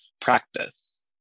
practice